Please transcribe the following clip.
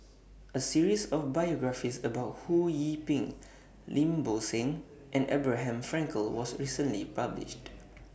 A series of biographies about Ho Yee Ping Lim Bo Seng and Abraham Frankel was recently published